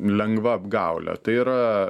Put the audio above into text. lengva apgaulė tai yra